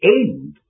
end